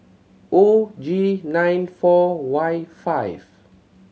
O G nine four Y five